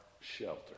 shelter